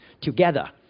together